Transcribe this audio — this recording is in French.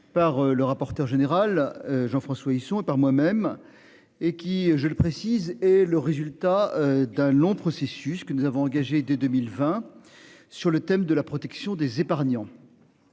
par le rapporteur général Jean-François ici par moi même et qui je le précise est le résultat d'un long processus que nous avons engagé dès 2020 sur le thème de la protection des épargnants.